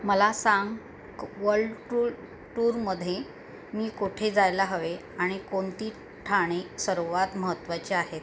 मला सांग world tour टूरमध्ये मी कोठे जायला हवे आणि कोणती ठाणे सर्वात महत्त्वाचे आहेत